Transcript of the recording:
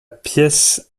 pièce